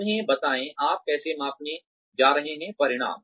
उन्हें बताएं आप कैसे मापने जा रहे हैं परिणाम